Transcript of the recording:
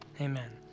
Amen